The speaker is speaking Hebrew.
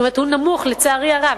זאת אומרת, הוא נמוך, לצערי הרב.